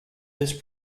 this